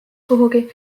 kuhugi